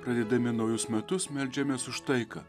pradėdami naujus metus meldžiamės už taiką